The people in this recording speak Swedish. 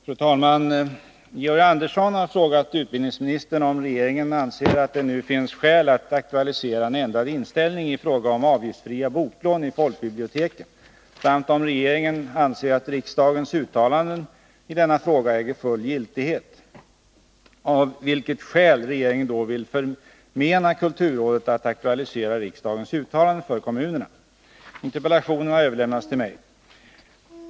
Fru talman! Georg Andersson har frågat utbildningsministern om regeringen anser att det nu finns skäl att aktualisera en ändrad inställning i fråga om avgiftsfria boklån i folkbiblioteken samt — om regeringen anser att riksdagens uttalanden i denna fråga äger full giltighet — av vilket skäl regeringen då vill förmena kulturrådet att aktualisera riksdagens uttalande för kommunerna. Interpellationen har överlämnats till mig.